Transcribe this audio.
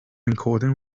encoding